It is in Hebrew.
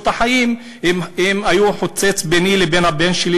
את החיים היו חוצץ ביני לבין הבן שלי,